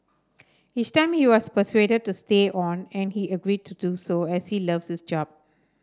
each time he was persuaded to stay on and he agreed to do so as he loves his job